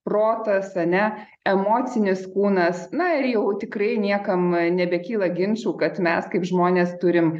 protas ar ne emocinis kūnas na ir jau tikrai niekam nebekyla ginčų kad mes kaip žmonės turim